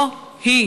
לא היא.